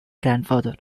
grandfather